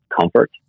comfort